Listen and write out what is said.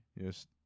Yes